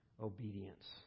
obedience